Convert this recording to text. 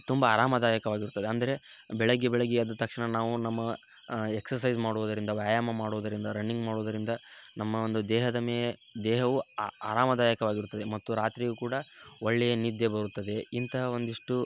ತುಂಬ ಆರಾಮಾದಾಯಕವಾಗಿರುತ್ತದೆ ಅಂದರೆ ಬೆಳಗ್ಗೆ ಬೆಳಗ್ಗೆ ಎದ್ದ ತಕ್ಷಣ ನಾವು ನಮ್ಮ ಎಕ್ಸರ್ಸೈಸ್ ಮಾಡುವುದರಿಂದ ವ್ಯಾಯಾಮ ಮಾಡುವುದರಿಂದ ರನ್ನಿಂಗ್ ಮಾಡುವುದರಿಂದ ನಮ್ಮ ಒಂದು ದೇಹದ ಮೇ ದೇಹವು ಆರಾಮದಾಯಕವಾಗಿರುತ್ತದೆ ಮತ್ತು ರಾತ್ರಿಯೂ ಕೂಡ ಒಳ್ಳೆಯ ನಿದ್ದೆ ಬರುತ್ತದೆ ಇಂತಹ ಒಂದಿಷ್ಟು